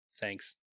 thanks